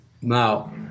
Now